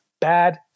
bad